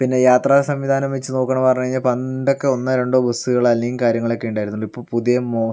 പിന്നെ യാത്ര സംവിധാനം വച്ച് നോക്കുവാണന്ന് പറഞ്ഞ് കഴിഞ്ഞാൽ പണ്ടൊക്കെ ഒന്നോ രണ്ടോ ബസ്സുകള് അല്ലെങ്കിൽ കാര്യങ്ങളൊക്കെ ഉണ്ടായിരുന്നുള്ളു ഇപ്പോൾ പുതിയ മൊ